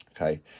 Okay